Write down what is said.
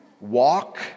walk